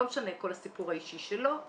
לא משנה כל הסיפור האישי שלו,